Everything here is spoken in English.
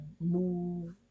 move